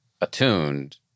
attuned